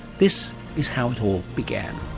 this is how it all began.